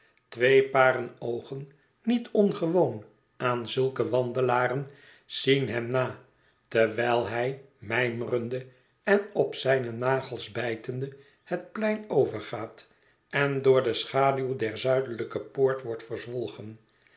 twee paren oogen niet ongewoon aan zulke wandelaren zien hem na terwijl hij mijmerende en op zijne nagels bijtende het plein overgaat en door de schaduw der zuidelijke poort wordt verzwolgen